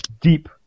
deep